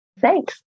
Thanks